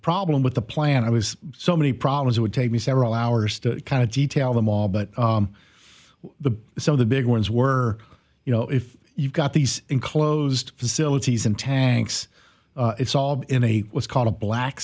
problem with the plant i was so many problems it would take me several hours to kind of detail them all but so the big ones were you know if you've got these enclosed facilities and tanks it's all in a what's called a black